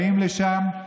באים לשם,